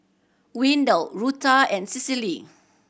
Wendel Rutha and Cicely